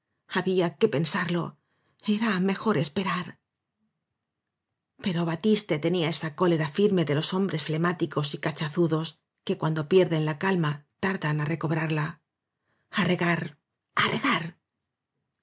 había que pensarlo era mejor esperar pero batiste tenía esa cólera firme de los hombres flemáticos y cachazudos que cuando pierden la calma tardan á recobrarla a regar